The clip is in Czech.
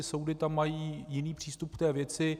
Soudy tam mají jiný přístup k té věci.